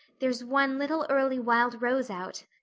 there's one little early wild rose out!